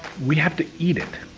we have to eat it.